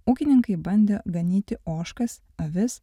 ūkininkai bandė ganyti ožkas avis